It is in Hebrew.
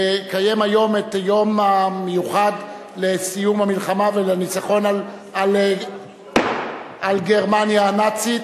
לקיים היום את היום המיוחד לסיום המלחמה ולניצחון על גרמניה הנאצית.